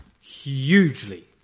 Hugely